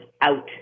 out